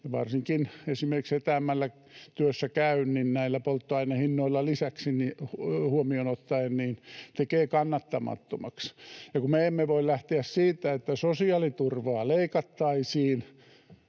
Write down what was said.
varsinkin esimerkiksi etäämmällä työssäkäynnin, nämä polttoaineen hinnat lisäksi huomioon ottaen, kannattamattomaksi, ja kun me emme voi lähteä siitä, että sosiaaliturvaa leikattaisiin